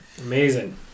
amazing